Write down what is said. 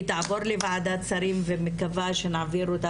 היא תעבור לוועדת השרים ואני מקווה שנעביר אותה